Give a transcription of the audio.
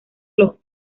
los